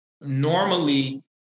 Normally